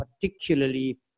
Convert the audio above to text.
particularly